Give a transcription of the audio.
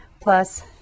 plus